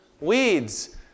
Weeds